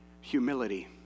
humility